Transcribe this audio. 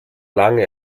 lange